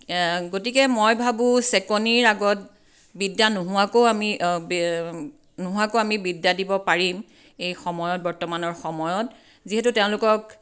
গতিকে মই ভাবোঁ চেকনিৰ আগত বিদ্যা নোহোৱাকৈও আমি নোহোৱাকৈও আমি বিদ্যা দিব পাৰিম এই সময়ত বৰ্তমানৰ সময়ত যিহেতু তেওঁলোকক